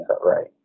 Right